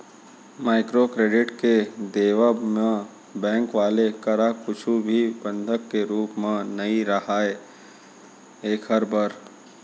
micro credit के देवब म बेंक वाले करा कुछु भी बंधक के रुप म नइ राहय ऐखर बर